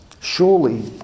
Surely